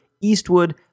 Eastwood